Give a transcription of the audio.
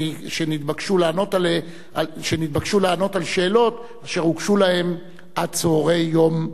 שנתבקשו לענות על שאלות אשר הוגשו להם עד צהרי יום ב'.